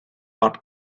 but